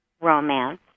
romance